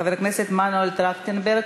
חבר הכנסת מנואל טרכטנברג,